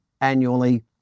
annually